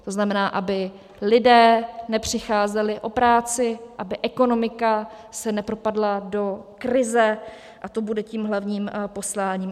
To znamená, aby lidé nepřicházeli o práci, aby ekonomika se nepropadla do krize, a to bude tím hlavním posláním.